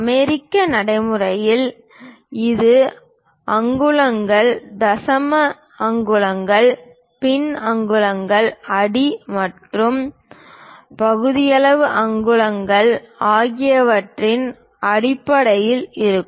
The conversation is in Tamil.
அமெரிக்க நடைமுறையில் இது அங்குலங்கள் தசம அங்குலங்கள் பின் அங்குலங்கள் அடி மற்றும் பகுதியளவு அங்குலங்கள் ஆகியவற்றின் அடிப்படையில் இருக்கும்